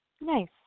Nice